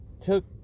took